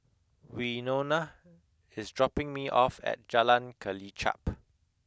Wynona is dropping me off at Jalan Kelichap